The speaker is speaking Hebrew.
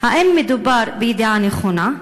1. האם מדובר בידיעה נכונה?